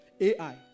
AI